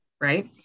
right